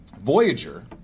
Voyager